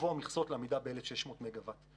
לקבוע מכסות לעמידה ב-1,600 מגה וואט.